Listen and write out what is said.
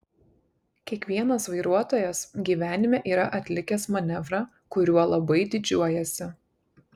kiekvienas vairuotojas gyvenime yra atlikęs manevrą kuriuo labai didžiuojasi